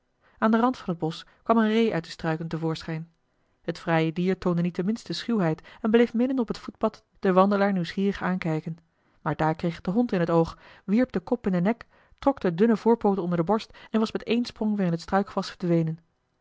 aan den rand van het bosch kwam eene ree uit de struiken te voorschijn het fraaie dier toonde niet de minste schuwheid en bleef midden op het voetpad den wandelaar nieuwsgierig aankijken maar daar kreeg het den hond in t oog wierp den kop in den nek trok de dunne voorpooten onder de borst en was met één sprong weer in het struikgewas verdwenen